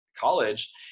college